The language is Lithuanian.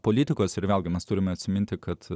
politikos ir vėlgi mes turime atsiminti kad